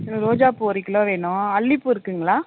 எனக்கு ரோஜா பூ ஒரு கிலோ வேணும் அல்லி பூ இருக்குதுங்களா